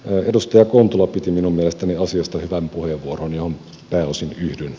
edustaja kontula piti minun mielestäni asiasta hyvän puheenvuoron johon pääosin yhdyn